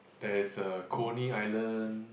there is a Coney Island